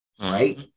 right